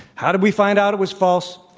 how did we find out it was false?